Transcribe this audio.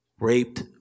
raped